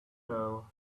know